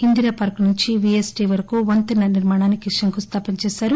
ఇందిరాపార్కు నుంచి వీఎస్టీ వరకు వంతెన నిర్మాణానికి శంకుస్లాపన చేశారు